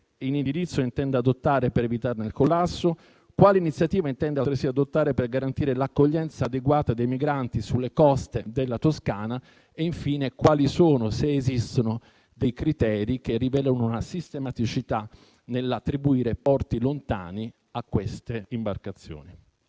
in indirizzo intenda adottare per evitarne il collasso; quali iniziative intenda altresì adottare per garantire l'accoglienza adeguata dei migranti sulle coste della Toscana e infine quali sono, se esistono, dei criteri che rivelano una sistematicità nell'attribuire porti lontani a quelle imbarcazioni.